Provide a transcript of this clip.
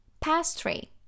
Pastry